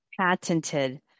patented